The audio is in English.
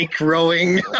rowing